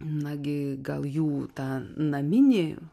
nagi gal jų tą naminį